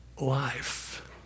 life